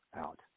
out